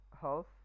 half